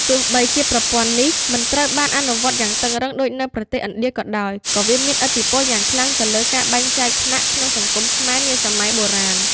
ទោះបីជាប្រព័ន្ធនេះមិនត្រូវបានអនុវត្តយ៉ាងតឹងរ៉ឹងដូចនៅប្រទេសឥណ្ឌាក៏ដោយ ក៏វាមានឥទ្ធិពលយ៉ាងខ្លាំងទៅលើការបែងចែកថ្នាក់ក្នុងសង្គមខ្មែរនាសម័យបុរាណ។